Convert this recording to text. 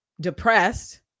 depressed